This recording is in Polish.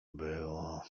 było